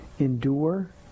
endure